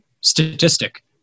statistic